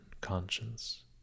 conscience